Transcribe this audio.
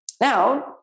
Now